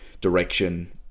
direction